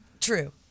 True